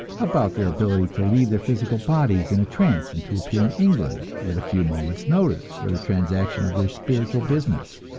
about their ability to leave their physical bodies in a trance, and to appear in england at a few moments' notice for the transaction of their spiritual business!